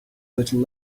little